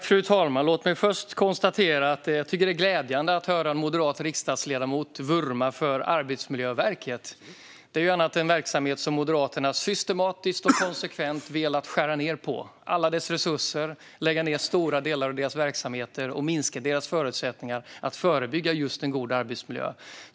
Fru talman! Låt mig först konstatera att det är glädjande att höra en moderat riksdagsledamot vurma för Arbetsmiljöverket. Det är annars en verksamhet som Moderaterna systematiskt och konsekvent velat skära ned på. Man har velat skära ned på resurserna och lägga ned stora delar av verksamheten och därmed förutsättningarna att arbeta förebyggande för en god arbetsmiljö.